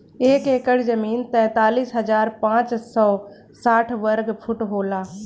एक एकड़ जमीन तैंतालीस हजार पांच सौ साठ वर्ग फुट होला